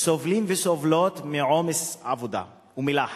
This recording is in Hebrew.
סובלים וסובלות מעומס עבודה ומלחץ.